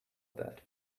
that